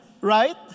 right